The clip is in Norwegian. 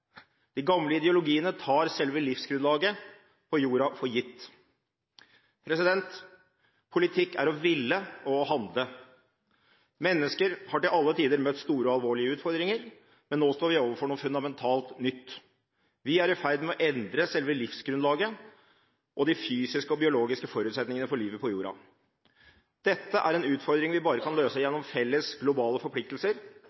De gamle ideologiene tar selve livsgrunnlaget på jorda for gitt. Politikk er å ville og å handle. Mennesker har til alle tider møtt store og alvorlige utfordringer. Men nå står vi overfor noe fundamentalt nytt: Vi er i ferd med å endre selve livsgrunnlaget og de fysiske og biologiske forutsetningene for livet på jorda. Dette er en utfordring vi bare kan løse